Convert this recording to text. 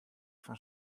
fan